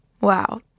wow